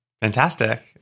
Fantastic